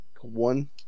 one